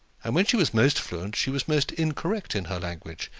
and when she was most fluent she was most incorrect in her language.